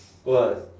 what